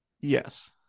Yes